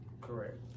Correct